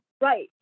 Right